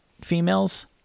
females